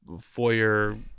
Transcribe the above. foyer